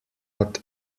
not